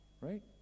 right